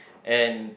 and